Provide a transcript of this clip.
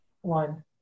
One